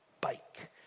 bike